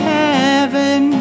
heaven